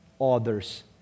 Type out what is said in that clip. others